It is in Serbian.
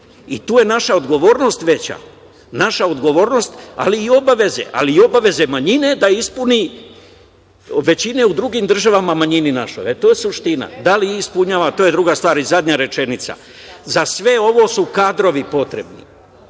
veća. Naša odgovornost, ali i obaveze manjine da ispuni, većine u drugim državama manjini našoj. To je suština. Da li ispunjava? To je druga stvar. Zadnja rečenica, za sve ovo su kadrovi potrebni.